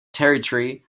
territory